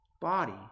body